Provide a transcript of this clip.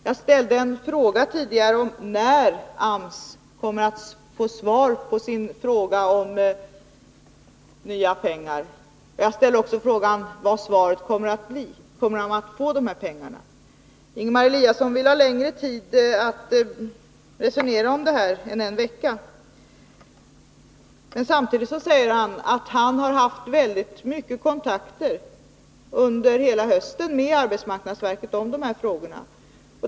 Jag undrade tidigare när AMS kommer att få svar på sin fråga om nya pengar. Jag ställer också frågan: Vad kommer svaret att bli? Kommer man att få pengarna? Ingemar Eliasson vill ha längre tid att resonera om det här än en vecka, men samtidigt säger han att han har haft väldigt mycket kontakter under hela hösten med arbetsmarknadsverket om de här frågorna.